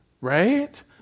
right